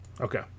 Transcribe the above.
Okay